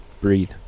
Breathe